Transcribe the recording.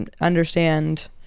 understand